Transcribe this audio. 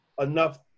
enough